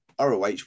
ROH